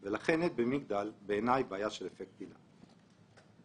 זאת אמירה גדולה על עניינים גדולים או נכון לומר,